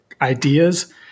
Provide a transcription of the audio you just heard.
ideas